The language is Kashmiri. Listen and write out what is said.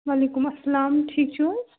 وعلیکُم اسلام ٹھیٖک چھِو حظ